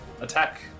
attack